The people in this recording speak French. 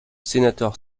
sénateur